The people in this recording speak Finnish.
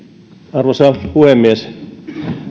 arvoisa puhemies